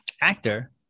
Actor